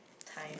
time